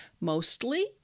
mostly